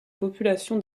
population